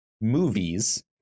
movies